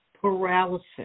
paralysis